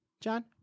John